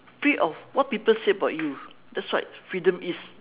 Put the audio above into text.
free of what people say about you that's what freedom is